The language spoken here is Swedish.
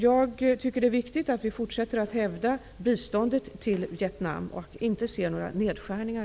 Jag tycker att det är viktigt att vi fortsätter att hävda biståndet till Vietnam och inte gör några nedskärningar.